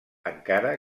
encara